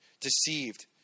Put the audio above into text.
deceived